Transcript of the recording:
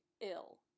ill